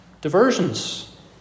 Diversions